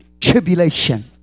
tribulation